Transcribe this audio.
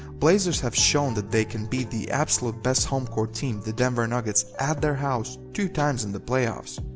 blazers have shown that they can beat the absolute best home court team the denver nuggets at their house two times in the playoffs.